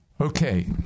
Okay